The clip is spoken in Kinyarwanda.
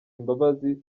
imbabazi